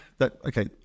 okay